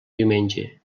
diumenge